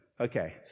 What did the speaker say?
Okay